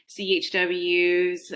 CHWs